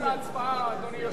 אני רק דבר אחד,